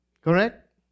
Correct